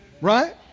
Right